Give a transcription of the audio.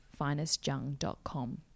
finestjung.com